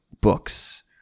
books